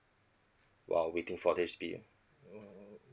while waiting for H B ah mm